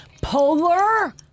Polar